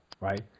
right